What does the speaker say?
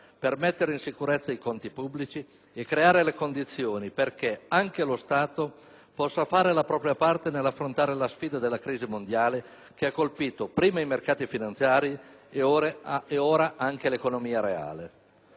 per mettere in sicurezza i conti pubblici e creare le condizioni perché anche lo Stato possa fare la propria parte nell'affrontare la sfida della crisi mondiale, che ha colpito prima i mercati finanziari e ora anche l'economia reale.